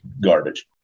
garbage